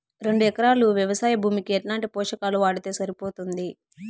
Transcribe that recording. రెండు ఎకరాలు వ్వవసాయ భూమికి ఎట్లాంటి పోషకాలు వాడితే సరిపోతుంది?